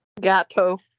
Gato